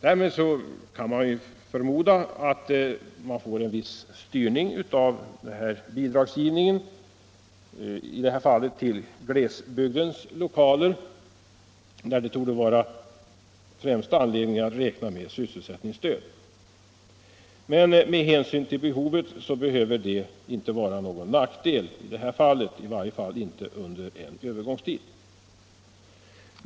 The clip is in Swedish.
Därmed kan man förmoda att man får en viss styrning av bidragsgivningen, i det här fallet till glesbygdens lokaler där anledning att räkna med sysselsättningsstöd torde finnas. Men med hänsyn till behovet så behöver det inte vara någon nackdel i det här fallet, i varje fall inte under en övergångstid.